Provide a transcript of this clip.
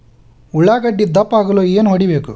ಉಳ್ಳಾಗಡ್ಡೆ ದಪ್ಪ ಆಗಲು ಏನು ಹೊಡಿಬೇಕು?